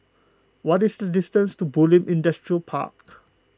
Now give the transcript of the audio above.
what is the distance to Bulim Industrial Park